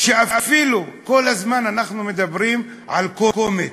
כל הזמן אנחנו מדברים על קומץ,